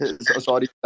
sorry